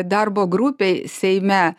darbo grupei seime